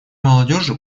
молодежи